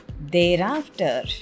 thereafter